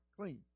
clean